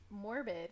morbid